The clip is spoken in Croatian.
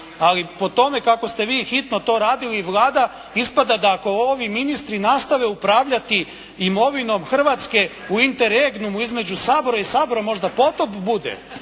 ali po tome kako ste vi hitno to radili i Vlada ispada da ako ovi ministri nastave upravljati imovinom Hrvatske u …/Govornik se ne razumije./… Sabora i Sabora možda potop bude,